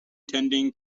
tending